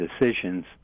decisions